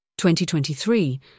2023